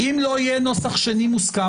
אם לא יהיה נוסח שני מוסכם,